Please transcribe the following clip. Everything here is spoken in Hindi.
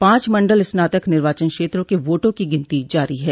पांच मंडल स्नातक निर्वाचन क्षेत्रों के वोटों की गिनती जारी है